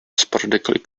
sporadically